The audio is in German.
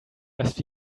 dass